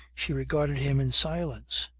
she regarded him in silence.